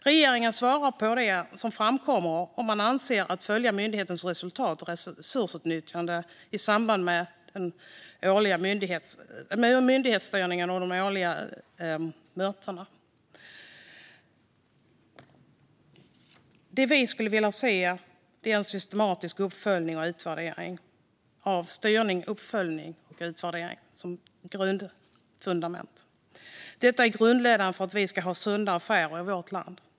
Regeringen svarar på det som framkommer att man avser att följa myndighetens resultat och resursutnyttjande i samband med myndighetsstyrningen och de årliga mötena. Det vi skulle vilja se är en systematisk uppföljning, utvärdering och styrning som grundfundament. Detta är grundläggande för att vi ska ha sunda affärer i vårt land.